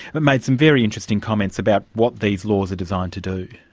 but made some very interesting comments about what these laws are designed to do.